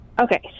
Okay